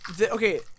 Okay